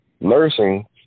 nursing